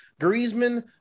Griezmann